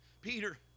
Peter